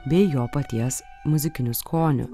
bei jo paties muzikiniu skoniu